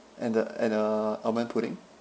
and the and the almond pudding